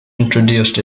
introduced